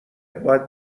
باید